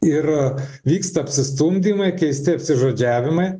ir vyksta apsistumdymai keisti apsižodžiavimai